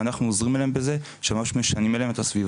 ואנחנו עוזרים להם בזה וממש משנים להם את הסביבה,